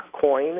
coin